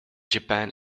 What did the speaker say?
japan